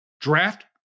draft